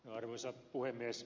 arvoisa puhemies